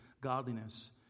godliness